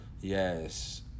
Yes